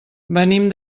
venim